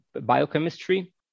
biochemistry